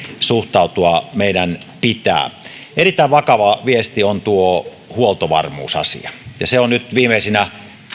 suhtautua meidän pitää erittäin vakava viesti on huoltovarmuusasia ja se on nyt viimeisinä